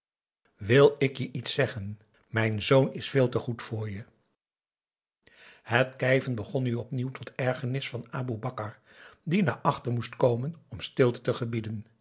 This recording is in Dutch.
wil ik je iets zeggen mijn zoon is veel te goed voor je het kijven begon nu opnieuw tot ergernis van aboe bakar die naar achter moest komen om stilte te gebieden